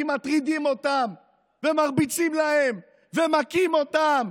כי מטרידים אותם ומרביצים להם ומכים אותם,